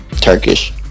Turkish